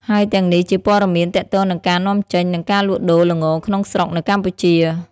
ហើយទាំងនេះជាព័ត៌មានទាក់ទងនឹងការនាំចេញ និងការលក់ដូរល្ងក្នុងស្រុកនៅកម្ពុជា។